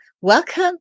welcome